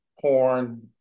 porn